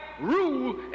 rule